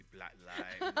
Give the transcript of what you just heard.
Blacklight